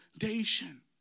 foundation